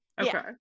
Okay